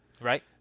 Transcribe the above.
right